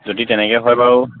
যদি তেনেকৈ হয় বাৰু